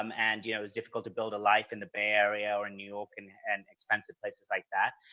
um and yeah it was difficult to build a life in the bay area or in new york and and expensive places like that.